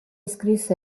scrisse